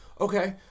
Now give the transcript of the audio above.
okay